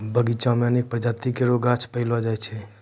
बगीचा म अनेक प्रजाति केरो गाछ पैलो जाय छै